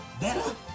Better